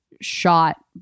shot